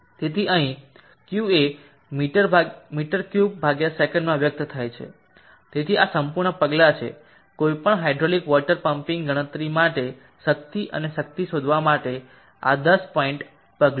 તેથી અહીં Q એ મી3 સેકંડમાં વ્યક્ત થાય છે તેથી આ સંપૂર્ણ પગલાં છે કોઈપણ હાઇડ્રોલિક વોટર પંપીંગ ગણતરી માટે શક્તિ અને શક્તિ શોધવા માટે આ 10 પોઇન્ટ પગલું છે